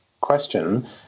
question